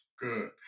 Good